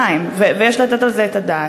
זה,